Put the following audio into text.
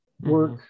work